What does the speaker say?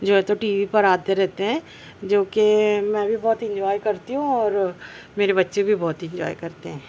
جو ہے تو ٹی وی پر آتے رہتے ہیں جو کہ میں بھی بہت انجوائے کرتی ہوں اور میرے بچے بھی بہت انجوائے کرتے ہیں